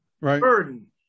Burden